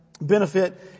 benefit